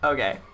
Okay